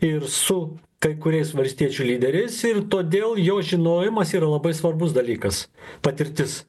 ir su kai kuriais valstiečių lyderiais ir todėl jo žinojimas yra labai svarbus dalykas patirtis